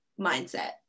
mindset